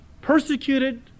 persecuted